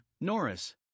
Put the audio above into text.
Norris